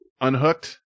unhooked